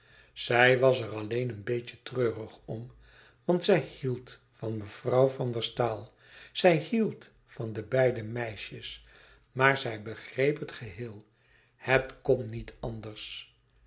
zij was er alleen een beetje treurig om want zij hield van mevrouw van der staal zij hield van de beide meisjes maar zij begreep het geheel het kon niet anders